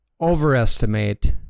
overestimate